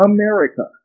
America